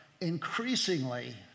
increasingly